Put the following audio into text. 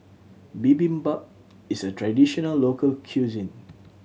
bibimbap is a traditional local cuisine